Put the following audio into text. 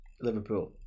Liverpool